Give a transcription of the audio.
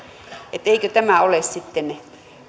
eikö tämä ole sitten